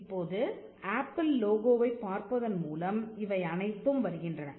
இப்போது ஆப்பிள் லோகோவை பார்ப்பதன் மூலம் இவை அனைத்தும் வருகின்றன